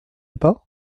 pas